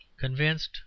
CONVINCED